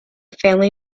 family